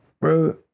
bro